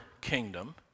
kingdom